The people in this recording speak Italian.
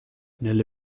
nelle